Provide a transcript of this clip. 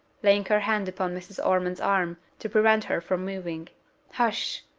laying her hand upon mrs. ormond's arm, to prevent her from moving hush!